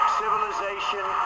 civilization